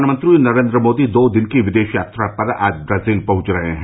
प्रधानमंत्री नरेन्द्र मोदी दो दिन की विदेश यात्रा पर आज ब्राजील पहुंच रहे हैं